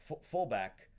fullback